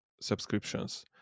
subscriptions